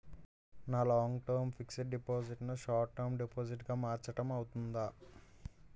నా long term fixed deposit ను short term deposit గా మార్చటం అవ్తుందా?